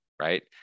right